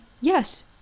yes